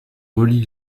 relie